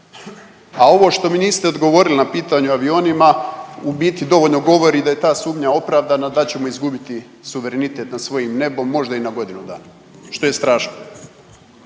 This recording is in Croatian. A ovo što mi niste odgovorili na pitanje o avionima u biti dovoljno govori da je ta sumnja opravdana, da ćemo izgubiti suverenitet nad svojim nebom, možda i na godinu dana, što je strašno.